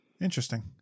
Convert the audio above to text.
Interesting